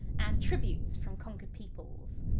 and tributes from conquered peoples.